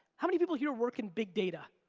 how many people here work in big data?